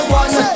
one